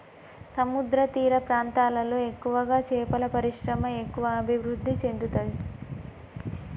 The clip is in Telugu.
సముద్రతీర ప్రాంతాలలో ఎక్కువగా చేపల పరిశ్రమ ఎక్కువ అభివృద్ధి చెందుతది